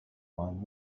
line